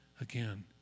again